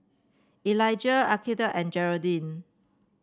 Elijah Akeelah and Gearldine